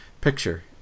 picture